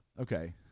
Okay